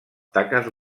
taques